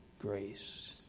grace